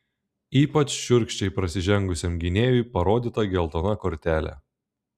ypač šiurkščiai prasižengusiam gynėjui parodyta geltona kortelė